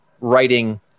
writing